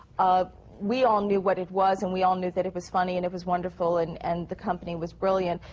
um we all knew what it was and we all knew that it was funny and it was wonderful and and the company was brilliant,